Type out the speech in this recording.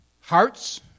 Hearts